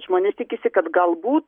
žmonės tikisi kad galbūt